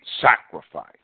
sacrifice